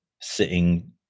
sitting